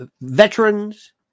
veterans